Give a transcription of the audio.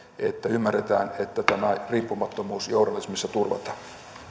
että ymmärretään että tämä riippumattomuus journalismissa turvataan arvoisa